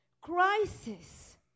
Crisis